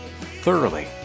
thoroughly